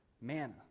Manna